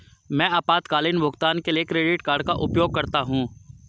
मैं आपातकालीन भुगतान के लिए क्रेडिट कार्ड का उपयोग करता हूं